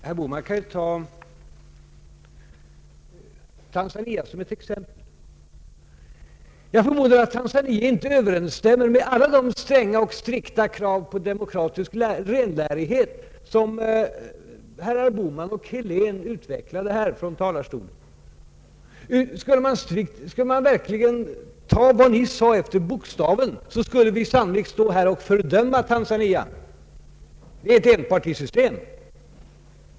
Herr Bohman kan ju ta Tanzania som ett exempel. Jag förmodar att Tanzania inte överensstämmer med alla de stränga och strikta krav på demokratisk renlärighet som herrar Bohman och Helén utvecklade från denna talarstol. Skulle man verkligen ta vad ni sade efter bokstaven, skulle vi sannolikt stå här och fördöma Tanzania: Det är ett enpartisystem man där har.